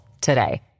today